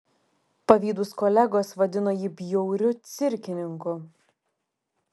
pavydūs kolegos vadino jį bjauriu cirkininku